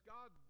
God